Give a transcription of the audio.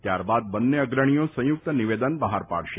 ત્યારબાદ બંને અગ્રણીઓ સંયુક્ત નિવેદન બહાર પાડશે